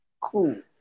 cool